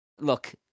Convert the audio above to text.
look